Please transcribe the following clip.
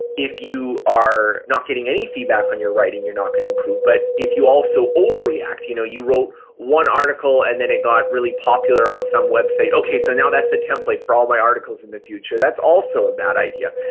if you are not getting any feedback on your writing, you're not going to improve. but if you also overreact, you know you wrote one article and then it got really popular on some website, okay, so now that's the template for all my articles in the future. that's also a bad idea.